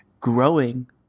growing